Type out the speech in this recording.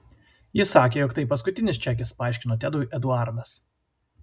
ji sakė jog tai paskutinis čekis paaiškino tedui eduardas